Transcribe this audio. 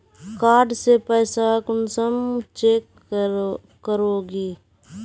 Card से पैसा कुंसम चेक करोगी?